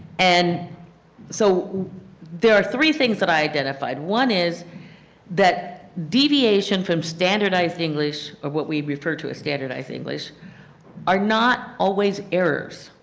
and so there are three things that i identified. one is that deviation from standardized english or what we refer to as standardize english are not always errors.